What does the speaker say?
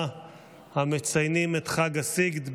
המציינים את חג הסיגד.